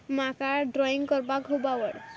म्हाका ड्रॉइंग करपा खूब आवड